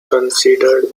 considered